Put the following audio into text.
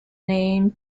name